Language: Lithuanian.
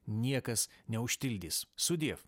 niekas neužtildys sudiev